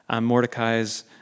Mordecai's